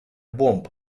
бомб